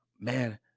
man